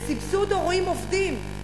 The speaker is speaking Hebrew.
לסבסוד הורים עובדים.